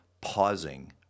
pausing